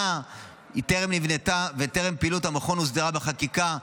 בטרם נבנתה ולפני שפעילות המכון הוסדרה בחקיקה.